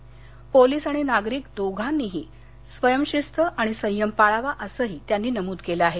police आणि नागरिक दोघांनीही स्वयंशिस्त संयम पाळावा असंही त्यांनी नमूद केलं आहे